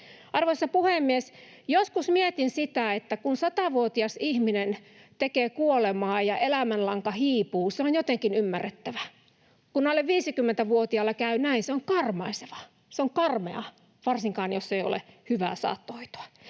Arvoisa puhemies! Joskus mietin sitä, että kun 100-vuotias ihminen tekee kuolemaa ja elämänlanka hiipuu, se on jotenkin ymmärrettävää. Kun alle 50-vuotiaalle käy näin, se on karmaisevaa, se on karmeaa, varsinkin jos ei ole hyvää saattohoitoa.